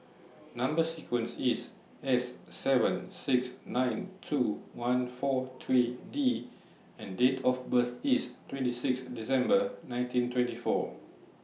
Number sequence IS S seven six nine two one four three D and Date of birth IS twenty six December nineteen twenty four